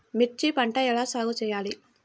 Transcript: మిర్చి పంట ఎలా సాగు చేయాలి?